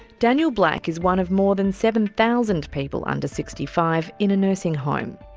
daniel black is one of more than seven thousand people under sixty five in a nursing home.